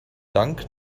dank